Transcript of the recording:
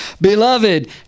Beloved